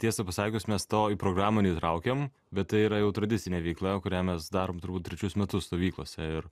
tiesa pasakius mes to į programą neįtraukėm bet tai yra jau tradicinė veikla jau kurią mes darom turbūt trečius metus stovyklose ir